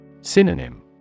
Synonym